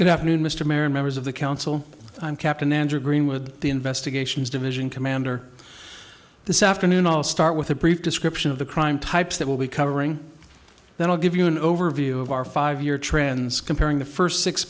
good afternoon mr marin members of the council i'm captain andrew greenwood the investigations division commander this afternoon i'll start with a brief description of the crime types that we'll be covering then i'll give you an overview of our five year trends comparing the first six